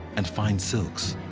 and fine silks.